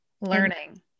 learning